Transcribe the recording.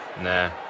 nah